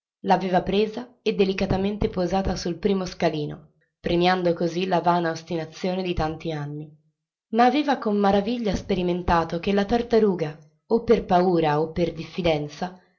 l'aveva presa e delicatamente posata sul primo scalino premiando così la vana ostinazione di tanti anni ma aveva con maraviglia sperimentato che la tartaruga o per paura o per diffidenza